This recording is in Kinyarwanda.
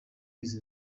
izi